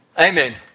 Amen